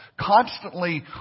constantly